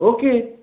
okay